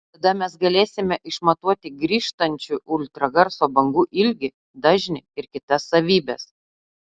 tada mes galėsime išmatuoti grįžtančių ultragarso bangų ilgį dažnį ir kitas savybes